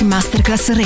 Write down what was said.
Masterclass